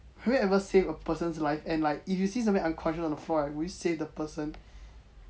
have you ever save a person's life and like if you see someone unconscious on the floor right will you save the person